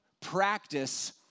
practice